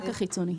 רק החיצוני.